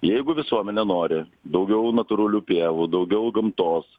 jeigu visuomenė nori daugiau natūralių pievų daugiau gamtos